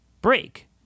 break